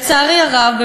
לצערי הרב,